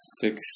six